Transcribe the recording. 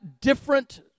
different